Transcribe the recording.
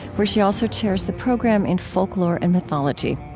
where she also chairs the program in folklore and mythology.